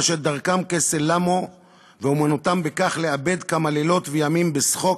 אשר זה דרכם כסל למו ואמנותם בכך לאבד כמה לילות וימים בשחוק"